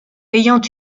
ayant